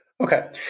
Okay